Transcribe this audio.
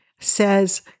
says